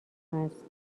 است